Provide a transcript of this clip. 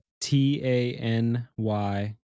t-a-n-y